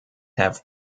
have